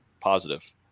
positive